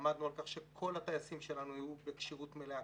עמדנו על כך שכל הטייסים שלנו יהיו בכשירות מלאה,